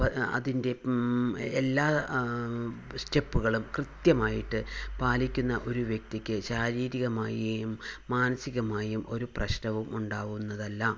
പ അതിൻ്റെ എല്ലാ സ്റ്റെപ്പുകളും കൃത്യമായിട്ട് പാലിക്കുന്ന ഒരു വ്യക്തിക്ക് ശാരീരികമായും മാനസികമായും ഒരു പ്രശ്നവും ഉണ്ടാവുന്നതല്ല